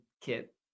kit